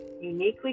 uniquely